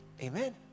amen